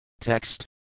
Text